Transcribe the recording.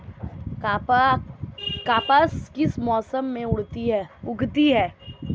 कपास किस मौसम में उगती है?